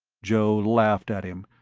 joe laughed at him,